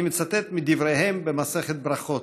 אני מצטט מדבריהם במסכת ברכות: